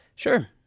Sure